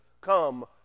come